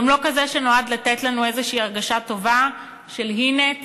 גם לא כזה שנועד לתת לנו הרגשה טובה של: הנה,